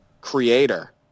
creator